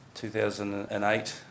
2008